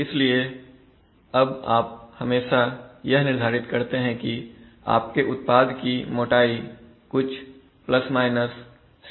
इसलिए अब आप हमेशा यह निर्धारित करते हैं कि आपके उत्पाद की मोटाई कुछ सीमाओं के अंदर रहे